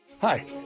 Hi